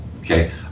okay